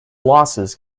losses